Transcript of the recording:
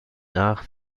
nach